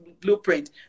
blueprint